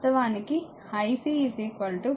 5 v0 అని చెప్పండి